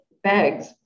bags